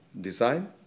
design